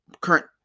current